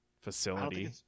facility